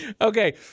okay